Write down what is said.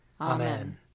Amen